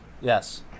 Yes